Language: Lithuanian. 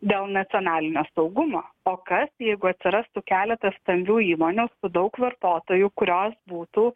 dėl nacionalinio saugumo o kas jeigu atsirastų keletas stambių įmonių su daug vartotojų kurios būtų